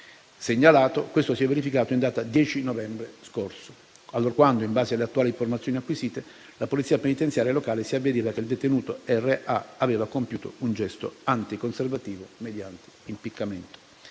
questo si è verificato in data 10 novembre scorso, allorquando, in base alle attuali informazioni acquisite, la polizia penitenziaria locale si avvedeva che il detenuto R.A. aveva compiuto un gesto anticonservativo mediante impiccamento.